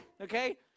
okay